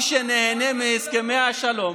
שמי שנהנה מהסכמי השלום,